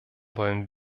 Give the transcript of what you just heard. wollen